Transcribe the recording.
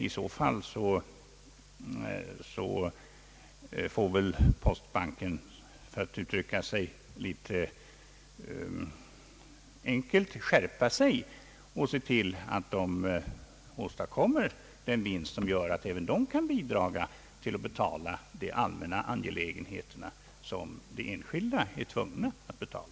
I så fall får väl postbanken, för att uttrycka sig enkelt, skärpa sig och se till att den åstadkommer sådan vinst att även den kan bidra till att betala de allmänna angelägenheter som enskilda är tvungna att betala.